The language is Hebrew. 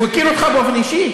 הוא הכיר אותך באופן אישי?